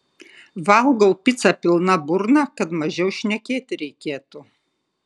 valgau picą pilna burna kad mažiau šnekėti reikėtų